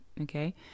Okay